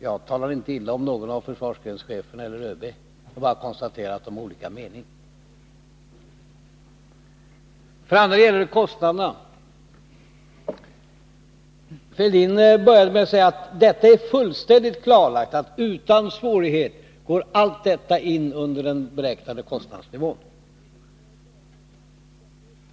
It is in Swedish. Jag talar inte illa om någon av försvarsgrenscheferna eller om ÖB, utan jag konstaterar bara att de har olika mening. För det andra gäller det kostnaderna. Thorbjörn Fälldin började med att säga att det är fullständigt klarlagt att allt detta-utan svårighet går in under den beräknade kostnadsnivån.